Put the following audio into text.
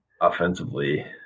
offensively